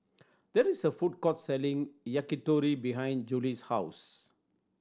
that is a food court selling Yakitori behind Juli's house